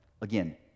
Again